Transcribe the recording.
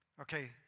okay